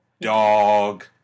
dog